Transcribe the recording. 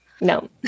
No